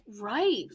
right